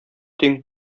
тиң